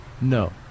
no